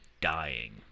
dying